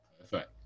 Perfect